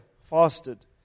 fasted